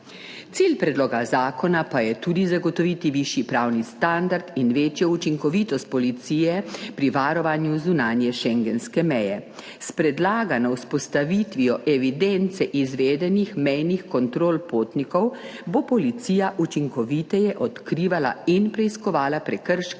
Cilj predloga zakona pa je tudi zagotoviti višji pravni standard in večjo učinkovitost policije pri varovanju zunanje schengenske meje. S predlagano vzpostavitvijo evidence izvedenih mejnih kontrol potnikov bo policija učinkoviteje odkrivala in preiskovala prekrške in kazniva